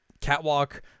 catwalk